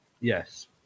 Yes